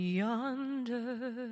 yonder